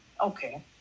okay